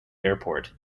airport